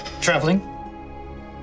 Traveling